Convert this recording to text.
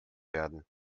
werden